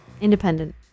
Independent